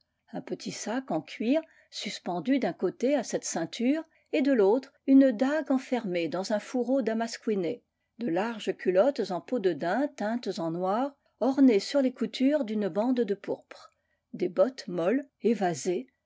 un petit sac en cuir suspendu d'un côté à cette ceinture et de l'autre une dague enfermée dans un fourreau damasquiné de larges culottes en peau de daim teintes en noir ornées sur les coutures d'une bande de pourpre des bottes molles évasées